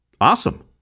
awesome